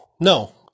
no